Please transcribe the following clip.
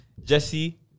Jesse